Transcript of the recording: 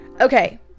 Okay